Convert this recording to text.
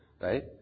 right